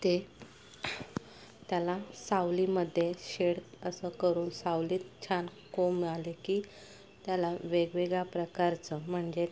ते त्याला सावलीमध्ये शेड असं करून सावलीत छान कोंब आले की त्याला वेगवेगळ्या प्रकारचं म्हणजे